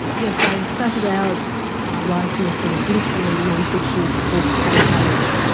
yes i started out writing a sort of literary non-fiction book on courage.